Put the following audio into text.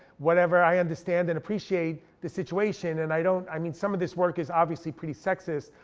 whatever, i understand and appreciate the situation and i don't, i mean some of this work is obviously pretty sexist.